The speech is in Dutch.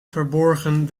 verborgen